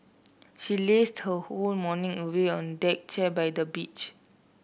she lazed her whole morning away on deck chair by the beach